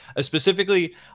specifically